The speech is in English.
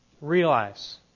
Realize